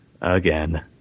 again